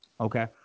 Okay